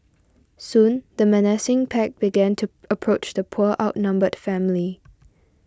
soon the menacing pack began to approach the poor outnumbered family